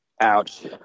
Ouch